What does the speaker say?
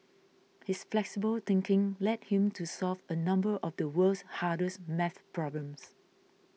his flexible thinking led him to solve a number of the world's hardest math problems